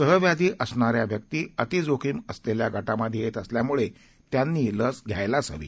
सहव्याधी असणाऱ्या व्यक्ती अतिजोखीम असलेल्या गटामध्ये येत असल्यामुळे त्यांनी लसघ्यायलाच हवी